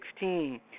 2016